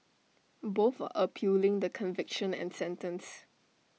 both are appealing the conviction and sentence